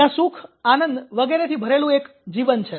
ત્યાં સુખ આનંદ વગેરેથી ભરેલું એક જીવન છે